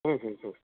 ಹ್ಞ್ ಹ್ಞ್ ಹ್ಞ್